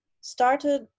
started